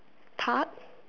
park